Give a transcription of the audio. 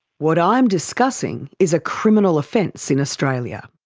what i'm discussing is a criminal offence in australia.